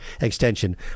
extension